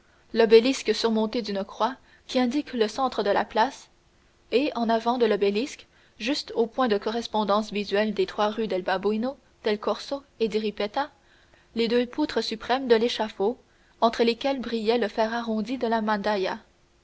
l'obélisque surmonté d'une croix qui indique le centre de la place et en avant de l'obélisque juste au point de correspondance visuelle des trois rues del babuino del corso et di ripetta les deux poutres suprêmes de l'échafaud entre lesquelles brillait le fer arrondi de la